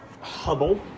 Hubble